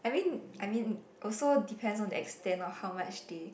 I mean I mean also depend on the extent of how much the